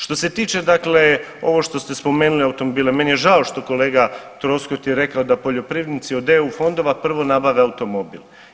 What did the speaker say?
Što se tiče dakle ovo što ste spomenuli automobile meni je žao što kolega Troskot je rekao da poljoprivrednici od EU fondova prvo nabave automobil.